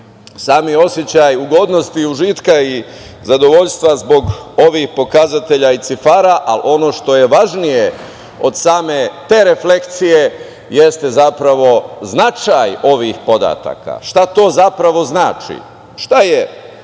sami osećaj ugodnosti i užitka i zadovoljstva zbog ovih pokazatelja i cifara, ali ono što je važnije od same te reflekcije, jeste zapravo značaj ovih podataka. Šta to zapravo znači? Šta je